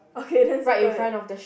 okay then circle that